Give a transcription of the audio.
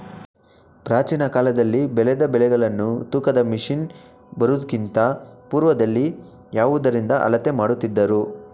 ಪ್ರಾಚೀನ ಕಾಲದಲ್ಲಿ ಬೆಳೆದ ಬೆಳೆಗಳನ್ನು ತೂಕದ ಮಷಿನ್ ಬರುವುದಕ್ಕಿಂತ ಪೂರ್ವದಲ್ಲಿ ಯಾವುದರಿಂದ ಅಳತೆ ಮಾಡುತ್ತಿದ್ದರು?